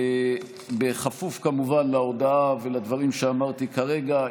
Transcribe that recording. ובכפוף כמובן להודעה ולדברים שאמרתי כרגע,